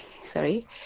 Sorry